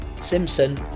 Simpson